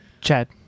Chad